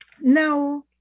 Now